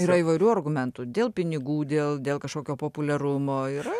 yra įvairių argumentų dėl pinigų dėl dėl kažkokio populiarumo yra